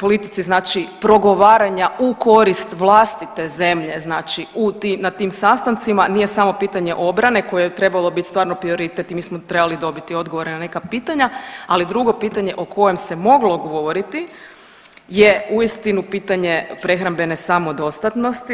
politici znači progovaranja u korist vlastite zemlje znači u tim, na tim sastancima nije samo pitanje obrane koje je trebalo bit stvarno prioritet i mi smo trebali dobiti odgovore na neka pitanja, ali drugo pitanje o kojem se moglo govoriti je uistinu pitanje prehrambene samodostatnosti.